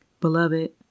Beloved